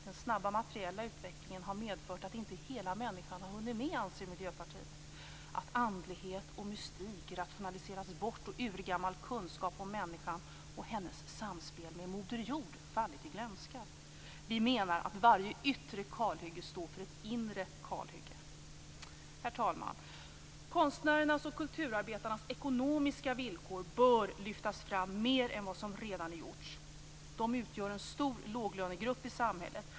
Den snabba materiella utvecklingen har medfört att inte hela människan har hunnit med, anser Miljöpartiet, att andlighet och mystik rationaliseras bort och urgammal kunskap om människan och hennes samspel med moder jord fallit i glömska. Vi menar att varje yttre kalhygge står för ett inre kalhygge. Herr talman! Konstnärernas och kulturarbetarnas ekonomiska villkor bör lyftas fram mer än vad som redan har gjorts. De utgör en stor låglönegrupp i samhället.